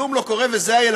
כלום לא קורה, וזה הילדים,